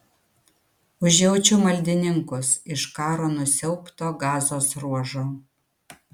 užjaučiu maldininkus iš karo nusiaubto gazos ruožo